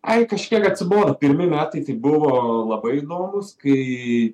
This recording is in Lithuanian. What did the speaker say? jei kažkiek atsibodo pirmi metai tai buvo labai įdomūs kai